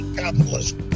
capitalism